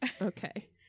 okay